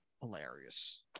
hilarious